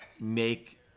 make